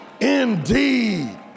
indeed